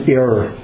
error